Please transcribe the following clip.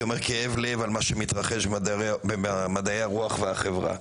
בכאב לב על מה שמתרחש במדעי הרוח והחברה.